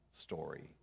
story